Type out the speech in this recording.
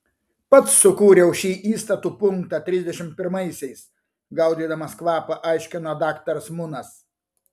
pats sukūriau šį įstatų punktą trisdešimt pirmaisiais gaudydamas kvapą aiškino daktaras munas